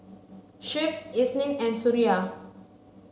Shuib Isnin and Suria